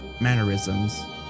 mannerisms